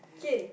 keen